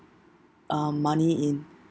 um money in